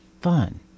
fun